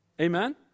amen